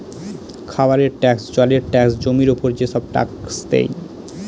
খাবারের ট্যাক্স, জলের ট্যাক্স, জমির উপর যেসব ট্যাক্স দেয়